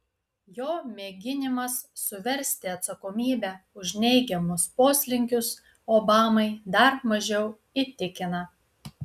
jo mėginimas suversti atsakomybę už neigiamus poslinkius obamai dar mažiau įtikina